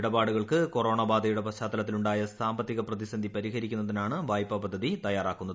ഇടപാടുകാർക്ക് corona ബാധയുടെ പശ്ചാത്തലത്തിലുണ്ടായ സാമ്പത്തിക പ്രതിസന്ധി പരിഹരിക്കുന്നതിനാണ് വായ്പ പദ്ധതി തയ്യാറാക്കുന്നത്